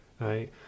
right